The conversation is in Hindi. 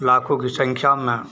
लाखों की संख्या में